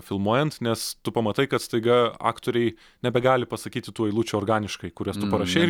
filmuojant nes tu pamatai kad staiga aktoriai nebegali pasakyti tų eilučių organiškai kurias tu parašei